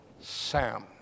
Sam